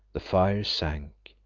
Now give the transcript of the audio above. the fire sank.